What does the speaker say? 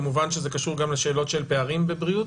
כמובן שזה קשור גם לשאלות של פערים בבריאות.